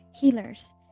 healers